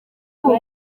ubu